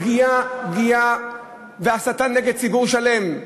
פגיעה והסתה נגד ציבור שלם.